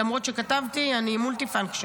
למרות שכתבתי, אני multifunction.